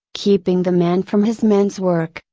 keeping the man from his man's work,